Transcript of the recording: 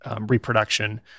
reproduction